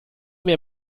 mehr